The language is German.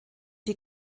die